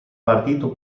partito